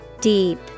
Deep